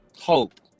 hope